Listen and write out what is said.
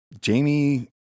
Jamie